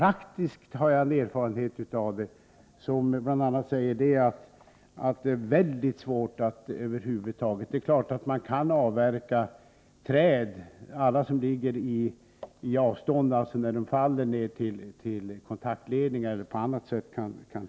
Det är klart att man kan avverka alla träd som befinner sig på ett sådant avstånd att de riskerar att falla ner på kontaktledningar eller på annat sätt hindra tågtrafiken.